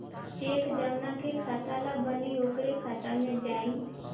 check जौना के खाता ला बनी ओकरे खाता मे जाई